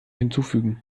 hinzufügen